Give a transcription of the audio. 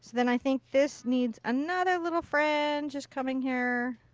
then i think this needs another little friend just coming here.